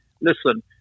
listen